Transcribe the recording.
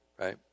right